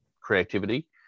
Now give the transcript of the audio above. creativity